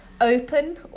open